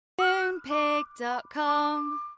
Moonpig.com